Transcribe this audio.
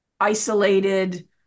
isolated